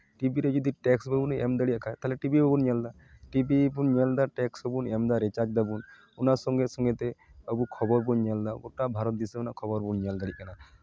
TV ᱨᱮ ᱡᱩᱫᱤ tax ᱵᱟᱵᱚᱱ ᱮᱢ ᱫᱟᱲᱮᱭᱟᱜ ᱠᱷᱟᱱ ᱛᱟᱦᱚᱞᱮ ᱴᱤᱵᱷᱤ ᱵᱟᱵᱚᱱ ᱧᱮᱞ ᱮᱫᱟ ᱴᱤᱵᱷᱤ ᱵᱚᱱ ᱧᱮᱞ ᱮᱫᱟ ᱴᱮᱠᱥ ᱦᱚᱸᱵᱚᱱ ᱮᱢᱫᱟ ᱨᱤᱪᱟᱨᱡᱽ ᱫᱟᱵᱚᱱ ᱚᱱᱟ ᱥᱚᱸᱜᱮ ᱥᱚᱸᱜᱮ ᱛᱮ ᱟᱵᱚ ᱠᱷᱚᱵᱚᱨ ᱵᱚᱱ ᱧᱮᱞᱫᱟ ᱜᱳᱴᱟ ᱵᱷᱟᱨᱚᱛ ᱫᱤᱥᱚᱢ ᱨᱮᱭᱟᱜ ᱠᱷᱚᱵᱚᱨ ᱵᱚᱱ ᱧᱮᱞ ᱫᱟᱲᱮᱜ ᱠᱟᱱᱟ